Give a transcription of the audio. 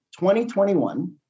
2021